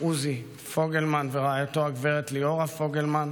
עוזי פוגלמן ורעייתו גב' ליאורה פוגלמן,